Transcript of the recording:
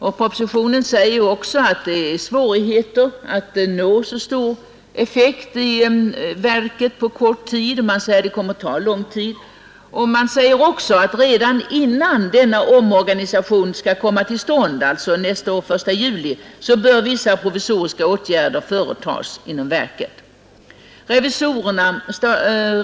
I propositionen anföres också, att det är svårt att nå särskilt stor effekt på kort tid. Det heter vidare att vissa provisoriska åtgärder bör vidtas inom verket redan innan omorganisationen skall komma till stånd — dvs. den 1 juli nästa år.